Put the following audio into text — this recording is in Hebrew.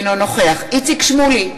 אינו נוכח איציק שמולי,